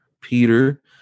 Peter